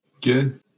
Good